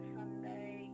Sunday